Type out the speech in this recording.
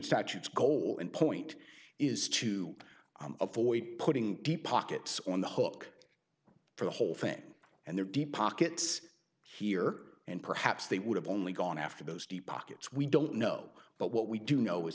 statutes goal and point is to avoid putting deep pockets on the hook for the whole thing and there are deep pockets here and perhaps they would have only gone after those deep pockets we don't know but what we do know is